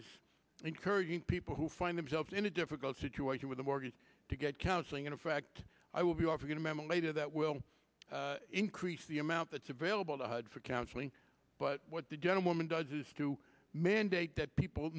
is encouraging people who find themselves in a difficult situation with a mortgage to get counseling and in fact i will be offering a memo later that will increase the amount that's available to hud for counseling but what the gentleman does is to mandate that people